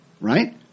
right